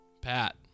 Pat